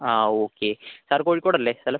ആ okay sir Kozhikode അല്ലെ സ്ഥലം